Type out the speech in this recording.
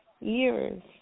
years